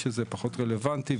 שזה פחות רלוונטי,